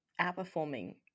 outperforming